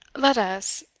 let us,